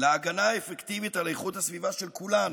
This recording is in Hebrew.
להגנה האפקטיבית על איכות הסביבה של כולנו.